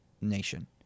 nation